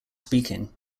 speaking